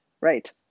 right